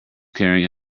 carrying